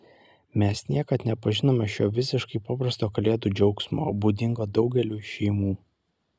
mes niekad nepažinome šio visiškai paprasto kalėdų džiaugsmo būdingo daugeliui šeimų